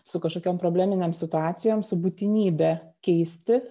su kažkokiom probleminėm situacijom su būtinybe keisti